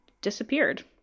disappeared